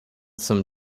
some